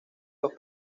los